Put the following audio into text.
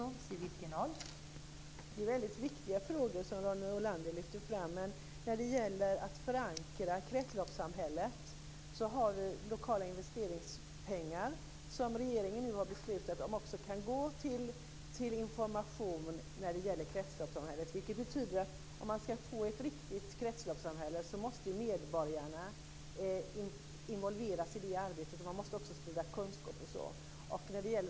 Fru talman! Det är väldigt viktiga frågor som Ronny Olander lyfter fram. Men när det gäller att förankra kretsloppssamhället har regeringen nu beslutat om lokala investeringspengar som också kan gå till information om kretsloppssamhället. Om man ska få ett riktigt kretsloppssamhälle måste ju medborgarna involveras i arbetet. Man måste också sprida kunskap om det.